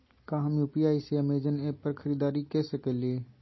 का हम यू.पी.आई से अमेजन ऐप पर खरीदारी के सकली हई?